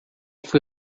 foi